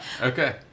Okay